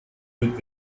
mit